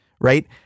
right